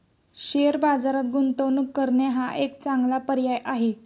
share बाजारात गुंतवणूक करणे हा एक चांगला पर्याय आहे